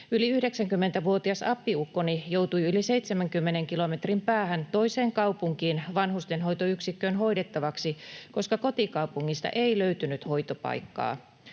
Yli 90-vuotias appiukkoni joutui yli 70 kilometrin päähän toiseen kaupunkiin vanhustenhoitoyksikköön hoidettavaksi, koska kotikaupungista ei löytynyt hoitopaikkaa.